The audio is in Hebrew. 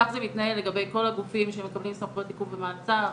כך זה מתנהל לגבי כל הגופים שמקבלים סמכויות עיכוב במעצר,